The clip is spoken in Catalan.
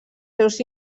seus